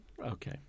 Okay